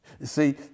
See